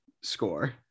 score